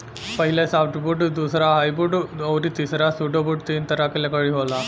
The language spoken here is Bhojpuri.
पहिला सॉफ्टवुड दूसरा हार्डवुड अउरी तीसरा सुडोवूड तीन तरह के लकड़ी होला